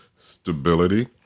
stability